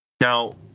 Now